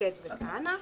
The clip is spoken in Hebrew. שקד וכהנא,